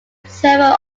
term